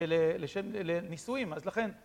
לנישואים, אז לכן...